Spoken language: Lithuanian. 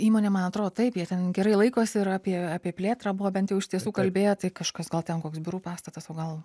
įmonė man atro taip jie ten gerai laikosi ir apie apie plėtrą buvo bent jau iš tiesų kalbėję tai kažkas gal ten koks biurų pastatas o gal